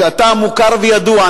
שאתה מוכר וידוע,